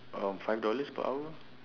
um five dollars per hour